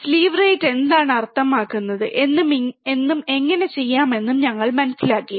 sleeve rate എന്താണ് അർത്ഥമാക്കുന്നത് എന്നും എങ്ങനെ ചെയ്യാമെന്നും ഞങ്ങൾ മനസ്സിലാക്കി